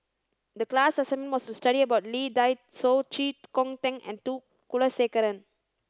the class assignment was to study about Lee Dai Soh Chee Kong Tet and T Kulasekaram